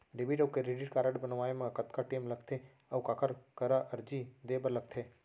Debit अऊ credit card बनवाए मा कतका टेम लगथे, अऊ काखर करा अर्जी दे बर लगथे?